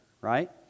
right